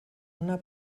una